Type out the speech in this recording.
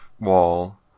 wall